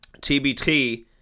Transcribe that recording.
TBT